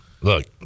Look